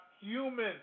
human